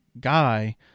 guy